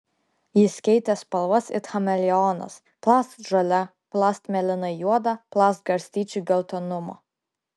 jis keitė spalvas it chameleonas plast žalia plast mėlynai juoda plast garstyčių geltonumo